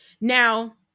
Now